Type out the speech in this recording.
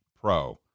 pro